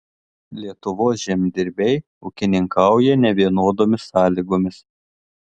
lietuvos žemdirbiai ūkininkauja nevienodomis sąlygomis